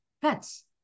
pets